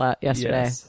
yesterday